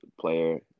player